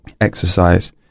exercise